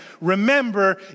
remember